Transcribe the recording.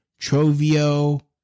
Trovio